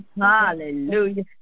Hallelujah